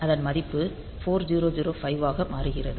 அதன் மதிப்பு 4005 ஆக மாறுகிறது